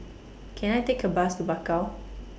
Can I Take A Bus to Bakau